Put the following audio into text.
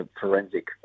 forensic